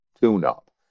tune-up